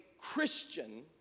Christian